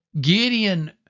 Gideon